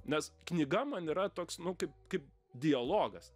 nes knyga man yra toks nu kaip kaip dialogas